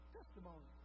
Testimony